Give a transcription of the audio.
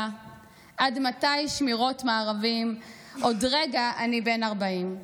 / עד מתי שמירות מארבים / עוד רגע אני בן ארבעים //